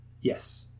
yes